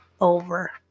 over